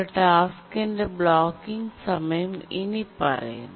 ഒരു ടാസ്ക്കിന്റെ ബ്ലോക്കിങ് സമയം ഇനിപ്പറയുന്നു